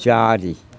चारि